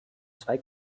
zwei